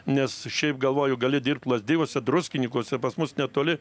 nes šiaip galvoju gali dirbti lazdijuose druskinykuose pas mus netoli